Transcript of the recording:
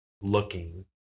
looking